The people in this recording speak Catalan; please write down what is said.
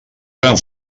eren